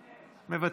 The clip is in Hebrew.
מוותר,